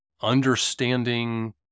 understanding